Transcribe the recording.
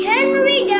Henry